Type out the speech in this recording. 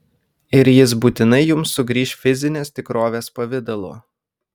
ir jis būtinai jums sugrįš fizinės tikrovės pavidalu